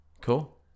Cool